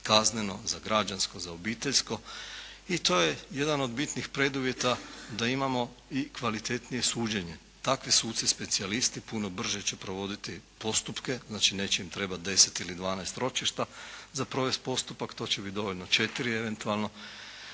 kazneno, za građansko, za obiteljsko i to je jedan od bitnih preduvjeta da imamo i kvalitetnije suđenje. Takvi suci specijalisti puno brže će provoditi postupke, znači neće im trebati 10 ili 12 ročišta za provesti postupak, to će biti dovoljno četiri eventualno.